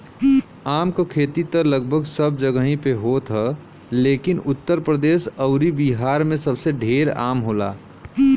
आम क खेती त लगभग सब जगही पे होत ह लेकिन उत्तर प्रदेश अउरी बिहार में सबसे ढेर आम होला